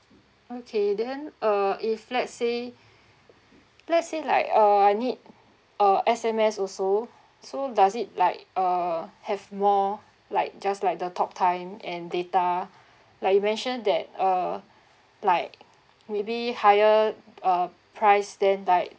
okay then uh if let's say let's say like uh I need uh S_M_S also so does it like uh have more like just like the talk time and data like you mentioned that err like maybe higher uh price then like